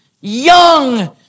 young